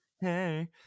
Hey